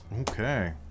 Okay